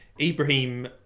Ibrahim